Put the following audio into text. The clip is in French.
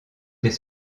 des